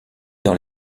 dans